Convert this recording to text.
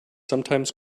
sometimes